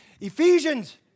Ephesians